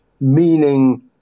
meaning